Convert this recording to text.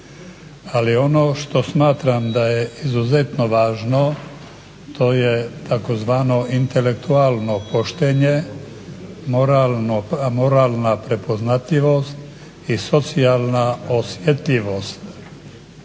Ali ono što smatram da je izuzetno važno to je tzv. intelektualno poštenje, moralna prepoznatljivost i socijalna osjetljivost.